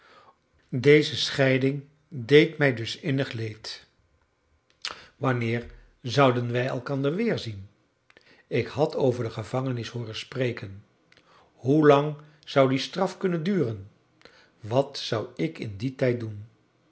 deze scheiding deed mij dus innig leed wanneer zouden wij elkander weerzien ik had over de gevangenis hooren spreken hoelang zou die straf kunnen duren wat zou ik in dien tijd doen